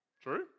True